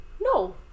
No